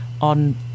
on